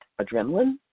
adrenaline